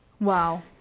wow